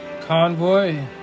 convoy